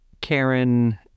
Karen